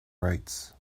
writes